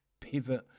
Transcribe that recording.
pivot